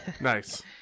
Nice